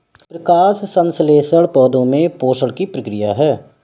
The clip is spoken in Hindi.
प्रकाश संश्लेषण पौधे में पोषण की प्रक्रिया है